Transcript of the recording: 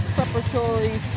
Preparatory